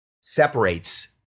separates